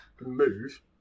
move